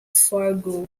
fargo